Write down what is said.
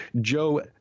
Joe